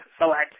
select